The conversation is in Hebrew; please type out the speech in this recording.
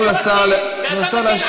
תנו לשר להשיב.